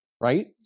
right